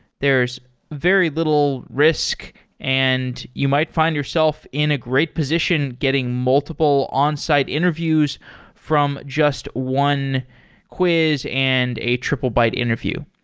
there's very little risk and you might find yourself in a great position getting multiple onsite interviews from just one quiz and a triplebyte interview.